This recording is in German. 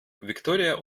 viktoria